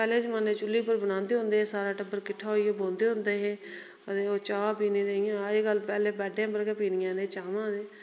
पैहले जमाने चुल्ली उप्पर बनांदे होंदे हे सारा टब्बर किट्ठा होइयै बौंहदे होंदे हे ते ओह् चाह् पीने लेई अजकल पैहलें बैडें उपर गै पीनी इनें चा्ह